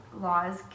laws